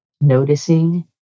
noticing